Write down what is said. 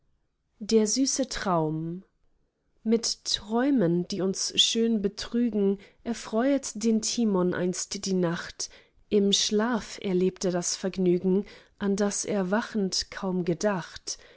der süße traum mit träumen die uns schön betrügen erfreut den timon einst die nacht im schlaf erlebt er das vergnügen an das er wachend kaum gedacht